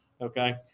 Okay